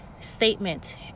statement